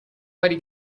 vari